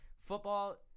Football